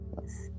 Yes